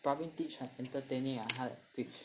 Pravin Twitch 很 entertaining uh 他的 Twitch